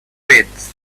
pits